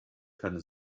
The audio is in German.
keine